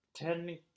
Ten